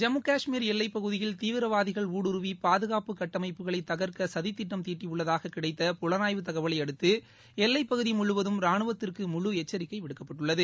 ஜம்மு காஷ்மீர் எல்லை பகுதியில் தீவிரவாதிகள் ஊடுருவி பாதுகாப்பு கட்டமைப்புகளை தகர்க்க சதி திட்டம் தீட்டியுள்ளதாக கிடைத்த புலனாப்வு தகவலையடுத்து எல்லை பகுதி முழுவதும் ரானுவத்திற்கு முழு எச்சரிக்கை விடுக்கப்பட்டுள்ளது